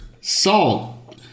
salt